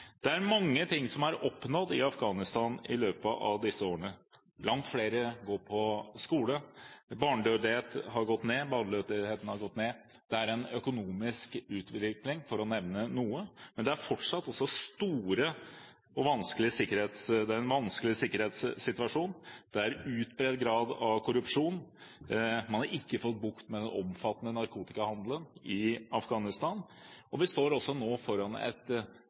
Det er mange ting som er oppnådd i Afghanistan i løpet av disse årene. Langt flere går på skole, barnedødeligheten har gått ned, og det er en økonomisk utvikling, for å nevne noe, men det er fortsatt en vanskelig sikkerhetssituasjon. Det er en utbredt grad av korrupsjon, og man har ikke fått bukt med den omfattende narkotikahandelen i Afghanistan. Vi står nå foran et